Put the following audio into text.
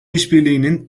işbirliğinin